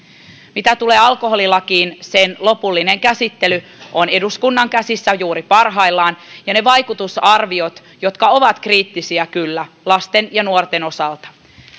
mitä tulee alkoholilakiin sen lopullinen käsittely on eduskunnan käsissä juuri parhaillaan ja ne vaikutusarviot jotka ovat kyllä kriittisiä lasten ja nuorten osalta